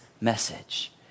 message